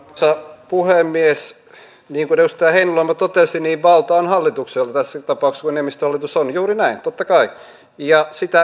niin kuin edustaja heinäluoma totesi niin valta on hallituksella tässä tapauksessa kun enemmistöhallitus on juuri näin totta kai ja sitä käytetään